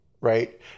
Right